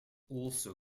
also